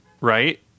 right